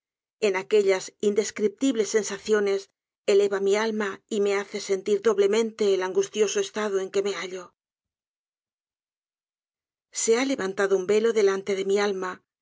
en aquellas indescriptibles sensaciones eleva mi alma y me hace sentir doblemente el angustioso estado en que me hallo se ha levantado un velo delante de mi alma